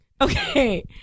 okay